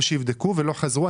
אמרו שיבדקו ולא חזרו.